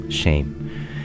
Shame